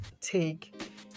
take